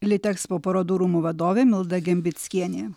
litekspo parodų rūmų vadovė milda gembickienė